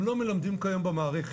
הם לא מלמדים כיום במערכת.